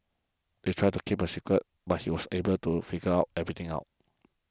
they tried to keep a secret but he was able to figure out everything out